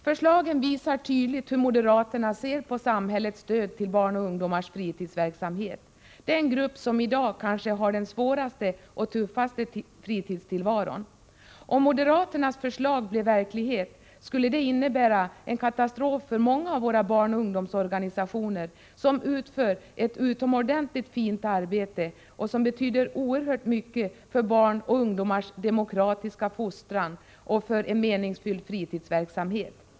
Förslagen visar tydligt hur moderaterna ser på samhällets stöd till barns och ungdomars fritidsverksamhet — den grupp som i dag kanske har den svåraste och tuffaste fritidstillvaron. Om moderaternas förslag blev verklighet skulle det innebära en katastrof för många av våra barnoch ungdomsorganisationer, som utför ett utomordentligt fint arbete och som betyder oerhört mycket för barns och ungdomars demokratiska fostran och för en meningsfylld fritidsverksamhet.